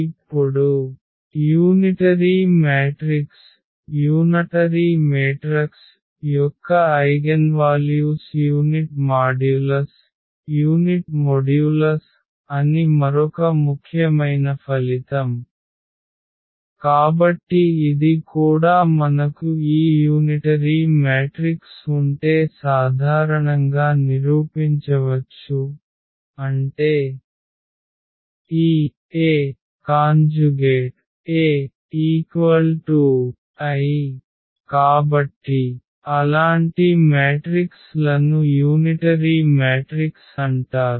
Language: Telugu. ఇప్పుడు యూనిటరీ మ్యాట్రిక్స్ యొక్క ఐగెన్వాల్యూస్ యూనిట్ మాడ్యులస్ అని మరొక ముఖ్యమైన ఫలితం కాబట్టి ఇది కూడా మనకు ఈ యూనిటరీ మ్యాట్రిక్స్ ఉంటే సాధారణంగా నిరూపించవచ్చు అంటే ఈ AA I కాబట్టి అలాంటి మ్యాట్రిక్స్ లను యూనిటరీ మ్యాట్రిక్స్ అంటారు